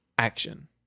Action